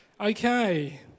Okay